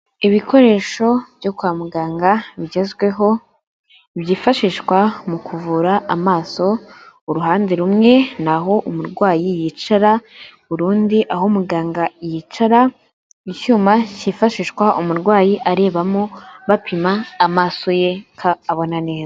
Ibikoresho byo kwa muganga bigezweho byifashishwa mu kuvura amaso, uruhande rumwe ni aho umurwayi yicara, urundi ruhande aho muganga yicara. Icyuma cyifashishwa umurwayi arebamo bapima amaso ye ko abona neza.